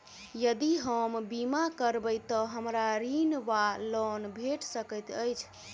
यदि हम बीमा करबै तऽ हमरा ऋण वा लोन भेट सकैत अछि?